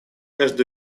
между